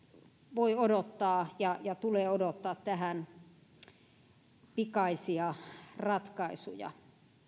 voi odottaa ja ja tulee odottaa tähän pikaisia ratkaisuja